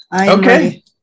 Okay